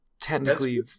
technically